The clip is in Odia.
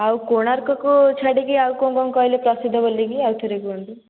ଆଉ କୋଣାର୍କକୁ ଛାଡ଼ିକି ଆଉ କ'ଣ କ'ଣ କହିଲେ ପ୍ରସିଦ୍ଧ ବୋଲିକି ଆଉଥରେ କୁହନ୍ତୁ